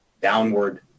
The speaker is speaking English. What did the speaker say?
downward